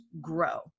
grow